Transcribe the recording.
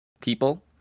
people